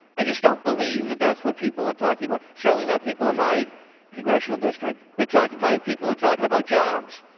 i just don't believe that that's what people are talking about. surely not people in my congressional district. they're talking my people are talking about jobs.